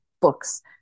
books